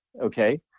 Okay